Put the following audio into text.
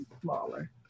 smaller